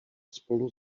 spolu